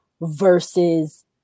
versus